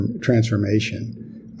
transformation